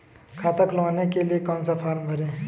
खाता खुलवाने के लिए कौन सा फॉर्म भरें?